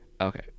Okay